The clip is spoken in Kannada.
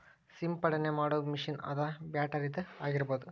ಸಿಂಪಡನೆ ಮಾಡು ಮಿಷನ್ ಅದ ಬ್ಯಾಟರಿದ ಆಗಿರಬಹುದ